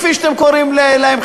כפי שאתם קוראים להם,